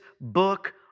book